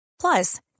Plus